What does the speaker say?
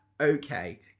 okay